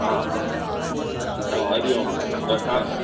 हा हा चङो हरि ओम र रखां